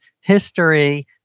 history